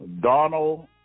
Donald